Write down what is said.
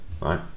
right